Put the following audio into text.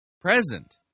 present